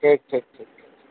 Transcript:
ଠିକ୍ ଠିକ୍ ଠିକ୍